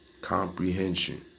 Comprehension